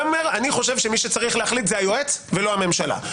אתה אומר: מי שצריך להחליט זה היועץ ולא הממשלה.